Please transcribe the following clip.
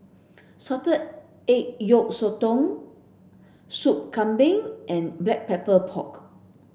salted egg yolk sotong Sup Kambing and black pepper pork